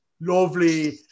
Lovely